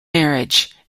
marriage